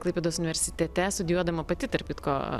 klaipėdos universitete studijuodama pati tarp kitko